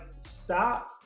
stop